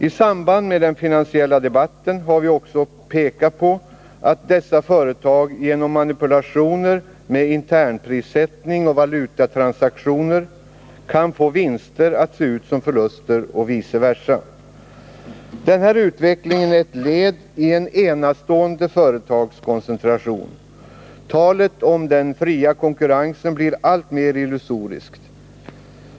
I samband med vår finansiella debatt har vi också påpekat att dessa företag genom manipulationer med internprissättning och valutatransaktioner kan få vinster att se ut som förluster och vice versa. Den utvecklingen är ett led i en enastående företagskoncentration. Talet om den fria konkurrensen blir alltmer illusoriskt.